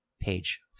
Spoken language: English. page